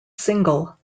single